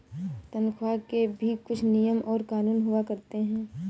तन्ख्वाह के भी कुछ नियम और कानून हुआ करते हैं